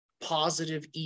positive